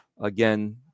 again